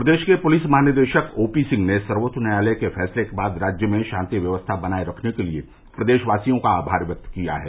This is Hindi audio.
प्रदेश के पुलिस महानिदेशक ओपी सिंह ने सर्वोच्च न्यायालय के फैसले के बाद राज्य में शान्ति व्यवस्था बनाये रखने के लिये प्रदेशवासियों का आभार व्यक्त किया है